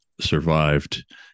survived